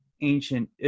ancient